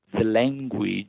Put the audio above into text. language